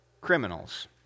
criminals